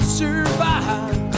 survive